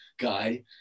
guy